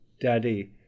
Daddy